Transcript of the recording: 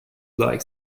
like